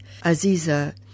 Aziza